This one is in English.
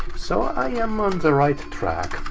so i am on the right track.